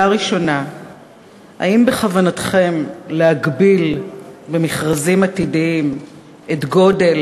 1. האם בכוונתכם להגביל במכרזים עתידיים את גודל